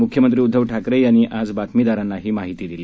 मुख्यमंत्री उद्धव ठाकरे यांनी आज बातमीदारांना ही माहिती दिली